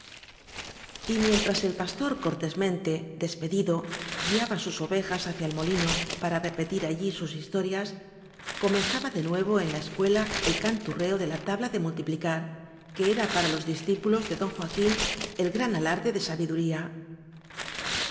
mientras el pastor cortésmente despedi do guiaba sus ovejas hacia el molino para re petir allí sus historias comenzaba de nuevo en la escuela el canturreo de la tabla de multipli car que era para los discípulos de d joaquín el gran alarde de sabiduría